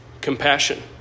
Compassion